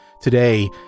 Today